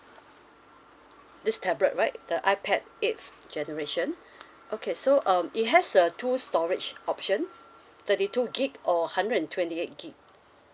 this tablet right the ipad eight generation okay so um it has a two storage option thirty two gigabyte or hundred and twenty eight gigabyte